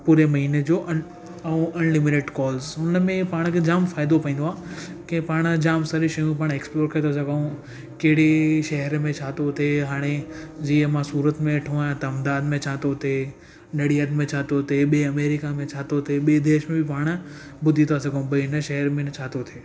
पुरे महीने जो ऐं अनलिमीटिड कॉल्स उन में पाण खे जाम फ़ाइदो पवंदो आहे की पाण जाम सारे शयूं पाण एक्सप्लोर करे था सघूं कहिड़े शहर में छा थो थिए हाणे जीअं मां सूरत में वेठो आहिया त अहमदाबाद में छा तो थे नड़ियत में छा थो थिए अमेरिका में छा थो थिए ॿी देश में पाण ॿुधी था सघूं भई इन शहर में न छा थो थिए